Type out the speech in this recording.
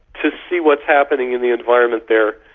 to see what's happening in the environment there,